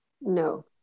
No